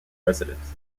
residents